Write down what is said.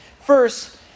First